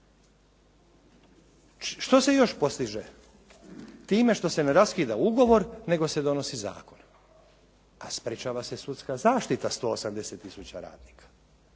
Što se još postiže time što se ne raskida ugovor, nego se donosi zakon, a sprječava se sudska zaštita 180000 radnika.